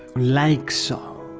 like so.